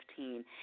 2015